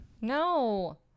No